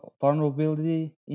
vulnerability